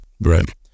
right